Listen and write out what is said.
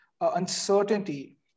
uncertainty